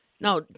Now